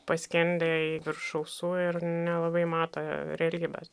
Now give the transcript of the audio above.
paskendę virš ausų ir nelabai mato realybės